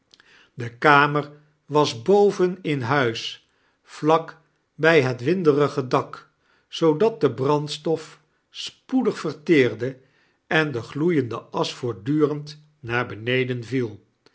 de kamer was boven in huis vlak bq het winderige dak zoodat de brandstof spoedig verteerde en de gloeiende asch voortdurend naar beneden viel